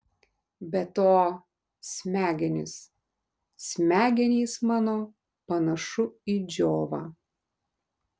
be to smegenys smegenys mano panašu į džiovą